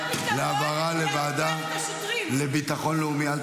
העברה לוועדה לביטחון לאומי.